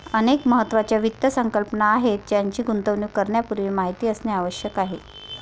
अनेक महत्त्वाच्या वित्त संकल्पना आहेत ज्यांची गुंतवणूक करण्यापूर्वी माहिती असणे आवश्यक आहे